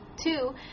two